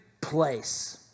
place